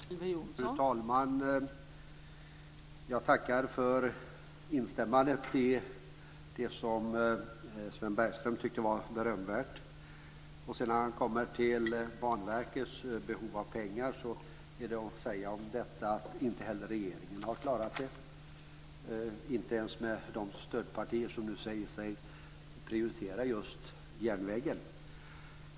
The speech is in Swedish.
Fru talman! Jag tackar för instämmandet i det som Sven Bergström tycker är berömvärt. Men så kommer han till Banverkets behov av pengar och där kan man väl säga att inte heller regeringen har klarat detta - inte ens ihop med de stödpartier som nu säger sig prioritera just järnvägen.